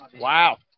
Wow